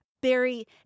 Barry